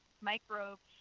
microbes